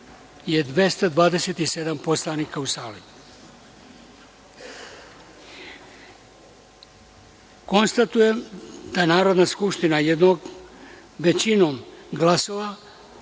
narodnih poslanika u sali. Konstatujem da je Narodna skupština većinom glasova